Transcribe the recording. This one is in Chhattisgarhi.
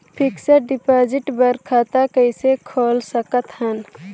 फिक्स्ड डिपॉजिट बर खाता कइसे खोल सकत हन?